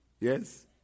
Yes